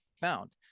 found